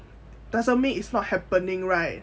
doesn't mean it's not happening right